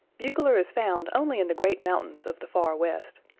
bugler is found only in the great mountains of the far west,